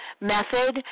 method